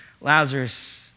Lazarus